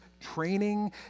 training